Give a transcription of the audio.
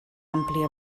àmplia